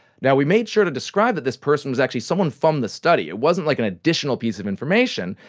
yeah we made sure to describe that this person was actually someone from the study, it wasn't like an additional piece of information,